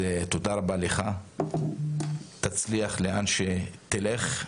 תודה רבה לך, תצליח לאן שתלך.